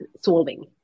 solving